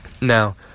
Now